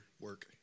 work